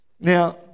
Now